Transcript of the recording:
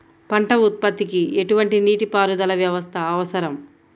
పంట ఉత్పత్తికి ఎటువంటి నీటిపారుదల వ్యవస్థ అవసరం?